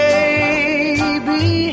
Baby